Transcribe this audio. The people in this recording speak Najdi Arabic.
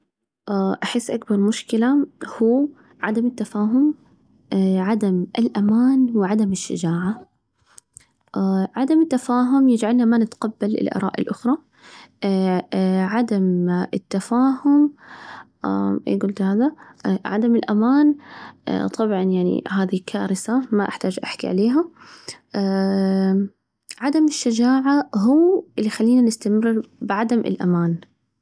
أحس أكبر مشكلة هو عدم التفاهم، عدم الأمان، وعدم الشجاعة، عدم التفاهم يجعلنا ما نتقبل الآراء الأخرى، عدم التفاهم قلت هذا، عدم الأمان طبعا يعني هذي كارثة ما أحتاج أحكي عليها، عدم الشجاعة هو اللي يخلينا نستمر بعدم الأمان.